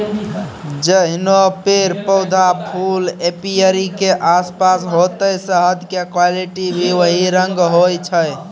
जैहनो पेड़, पौधा, फूल एपीयरी के आसपास होतै शहद के क्वालिटी भी वही रंग होय छै